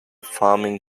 farming